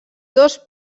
dos